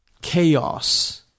Chaos